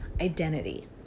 identity